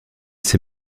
ces